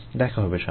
দেখা হবে সামনে